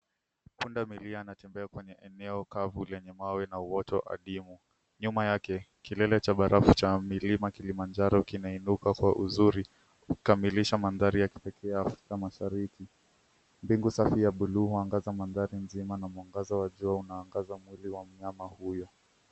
Pundamilia anatembea kwenye eneo kavu lenye mawe na uoto adimu. Nyuma yake, kilele cha barafu cha milima Kilimanjaro kinainuka kwa uzuri hukamilisha mandhari ya kipekee ya Afrika Mashariki. Mbingu safi ya buluu huangaza mandhari nzima na mwangaza wa jua unaangaza mwili wa mnyama huyo.